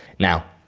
now,